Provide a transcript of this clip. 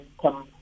come